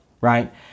Right